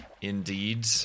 indeed